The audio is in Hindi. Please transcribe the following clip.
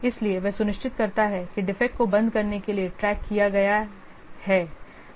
इसलिए वह सुनिश्चित करता है कि डिफेक्ट को बंद करने के लिए ट्रैक किया गया है